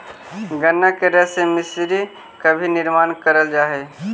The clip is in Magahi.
गन्ना के रस से मिश्री का भी निर्माण करल जा हई